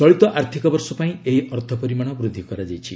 ଚଳିତ ଆର୍ଥିକ ବର୍ଷ ପାଇଁ ଏହି ଅର୍ଥ ପରିମାଣ ବୃଦ୍ଧି କରାଯାଇଛି